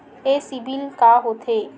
ये सीबिल का होथे?